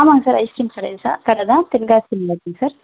ஆமாங்க sir ice cream கர கடை தான் தென்காசியில் இருக்குங்க சார்